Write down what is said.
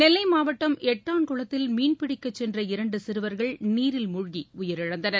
நெல்லை மாவட்டம் எட்டான்குளத்தில் மீன்பிடிக்கச் சென்ற இரண்டு சிறுவர்கள் நீரில் மூழ்கி உயிரிழந்தனர்